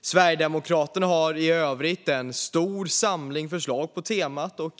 Sverigedemokraterna har i övrigt en stor samling förslag på temat.